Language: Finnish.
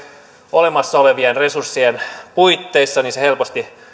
olemassa olevien resurssien puitteissa niin se helposti